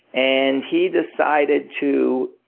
and he decided to